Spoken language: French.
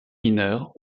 mineure